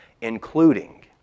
including